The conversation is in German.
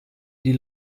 die